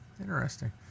Interesting